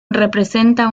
representa